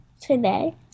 Today